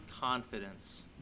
confidence